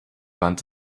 wand